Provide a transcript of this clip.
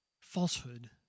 falsehood